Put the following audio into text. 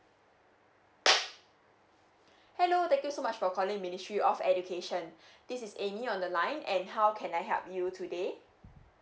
hello thank you so much for calling ministry of education this is amy on the line and how can I help you today